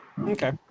Okay